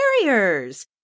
barriers